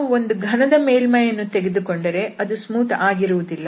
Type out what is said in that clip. ನಾವು ಒಂದು ಘನದ ಮೇಲ್ಮೈಯನ್ನು ತೆಗೆದುಕೊಂಡರೆ ಅದು ಸ್ಮೂತ್ ಆಗಿರುವುದಿಲ್ಲ